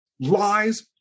Lies